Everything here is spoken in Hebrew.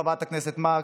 חברת הכנסת מארק,